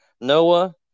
Noah